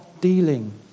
dealing